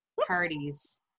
parties